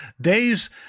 day's